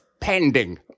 pending